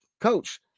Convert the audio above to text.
Coach